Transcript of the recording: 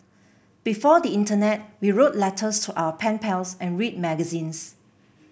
before the internet we wrote letters to our pen pals and read magazines